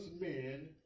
men